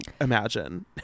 imagine